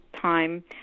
time